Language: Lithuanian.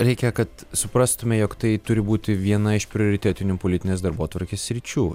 reikia kad suprastume jog tai turi būti viena iš prioritetinių politinės darbotvarkės sričių